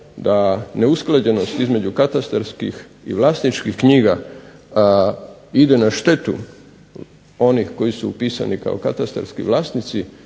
da neusklađenost između katastarskih i vlasničkih knjiga ide na štetu onih koji su upisani kao katastarski vlasnici